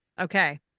Okay